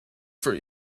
for